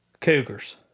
Cougars